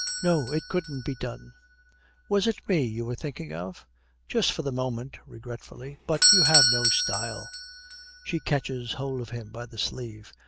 no, it couldn't be done was it me you were thinking of just for the moment regretfully, but you have no style she catches hold of him by the sleeve.